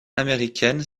américaine